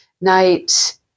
night